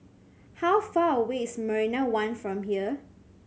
how far away is Marina One from here